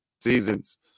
seasons